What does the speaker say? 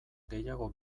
gehiago